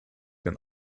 been